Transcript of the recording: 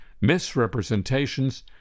misrepresentations